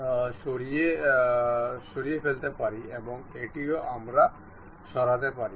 আপনি এই স্কেচগুলি লুকিয়ে রাখতে পারেন